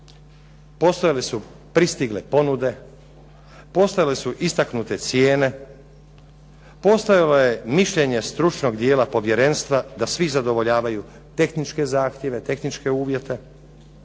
postojale su pristigle ponude, postojale su istaknute cijene, postojalo je mišljenje stručnog dijela povjerenstva da svi zadovoljavaju tehničke zahtjeve, tehničke uvjete,